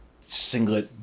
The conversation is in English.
singlet